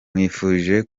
nkwifurije